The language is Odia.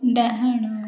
ଡାହାଣ